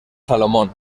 salomón